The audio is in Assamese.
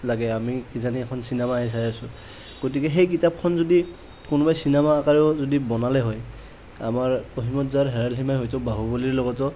লাগে আমি কিজানি এখন চিনেমাহে চাই আছোঁ গতিকে সেই কিতাপখন যদি কোনোবাই চিনেমা আকাৰেও যদি বনালে হয় আমাৰ অসীমত যাৰ হেৰাল সীমা হয়তো বাহুবলীৰ লগতো